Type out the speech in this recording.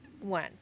one